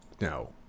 No